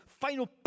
final